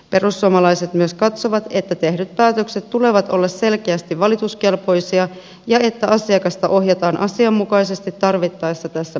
perussuomalaiset myös katsovat että tehtyjen päätöksien tulee olla selkeästi valituskelpoisia ja että asiakasta ohjataan asianmukaisesti tarvittaessa tässä prosessissa